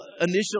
initial